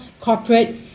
corporate